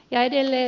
ja edelleen